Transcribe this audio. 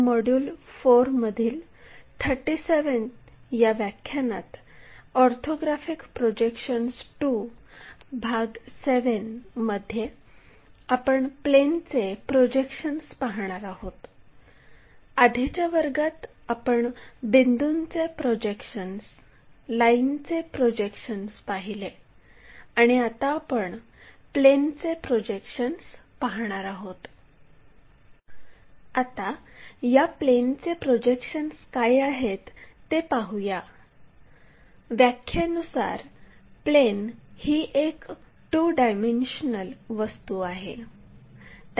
module 4 मधील 36 व्या व्याख्यानात आपण ऑर्थोग्राफिक प्रोजेक्शन्स II भाग 6 पाहत आहोत आणि लाईनच्या प्रोजेक्शन्सवर काही उदाहरणे काढत आहोत